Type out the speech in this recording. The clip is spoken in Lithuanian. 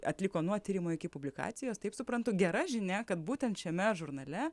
atliko nuo tyrimo iki publikacijos taip suprantu gera žinia kad būtent šiame žurnale